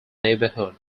neighbourhood